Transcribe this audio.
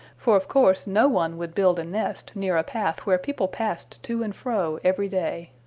for of course no one would build a nest near a path where people passed to and fro every day.